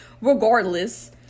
Regardless